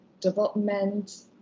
development